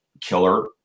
killer